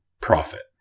profit